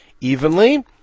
evenly